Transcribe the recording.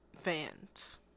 fans